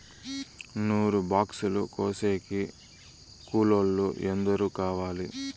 నూరు బాక్సులు కోసేకి కూలోల్లు ఎందరు కావాలి?